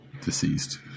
deceased